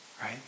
right